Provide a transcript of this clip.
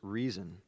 reason